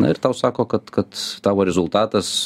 na ir tau sako kad kad tavo rezultatas